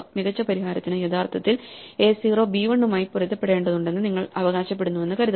മികച്ച പരിഹാരത്തിന് യഥാർത്ഥത്തിൽ എ 0 ബി 1 മായി പൊരുത്തപ്പെടേണ്ടതുണ്ടെന്ന് നിങ്ങൾ അവകാശപ്പെടുന്നുവെന്ന് കരുതുക